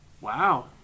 Wow